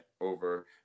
over